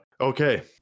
okay